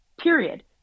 period